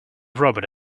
robot